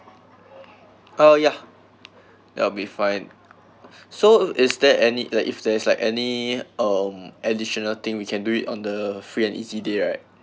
uh ya that will be fine so is there any like if there's like any um additional thing we can do it on the free and easy day right